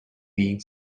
being